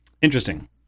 Interesting